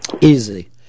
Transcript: Easy